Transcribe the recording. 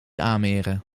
aanmeren